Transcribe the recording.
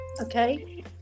Okay